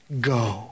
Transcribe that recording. Go